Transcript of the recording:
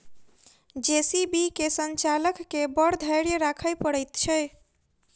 JCB के संचालक के बड़ धैर्य राखय पड़ैत छै